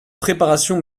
préparations